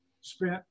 spent